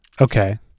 Okay